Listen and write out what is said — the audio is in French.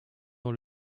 dans